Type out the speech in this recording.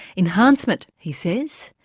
enhancement he says,